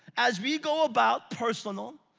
as we go about personal,